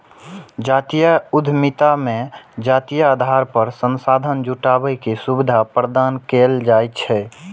जातीय उद्यमिता मे जातीय आधार पर संसाधन जुटाबै के सुविधा प्रदान कैल जाइ छै